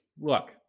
Look